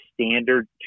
standard